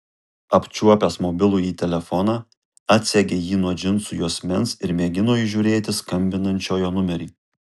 apčiuopęs mobilųjį telefoną atsegė jį nuo džinsų juosmens ir mėgino įžiūrėti skambinančiojo numerį